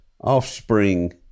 offspring